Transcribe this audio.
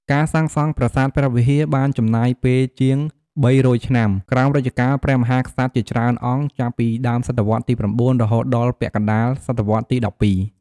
ការសាងសង់ប្រាសាទព្រះវិហារបានចំណាយពេលជាង ៣០០ ឆ្នាំ ក្រោមរជ្ជកាលព្រះមហាក្សត្រជាច្រើនអង្គ ចាប់ពីដើមសតវត្សរ៍ទី ៩ រហូតដល់ពាក់កណ្ដាលសតវត្សរ៍ទី ១២។